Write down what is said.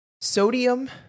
sodium